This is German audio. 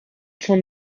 schon